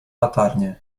latarnię